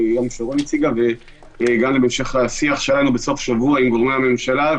עכשיו אלה סטודנטים שכבר התחילו את השנה.